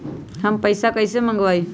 हम पैसा कईसे मंगवाई?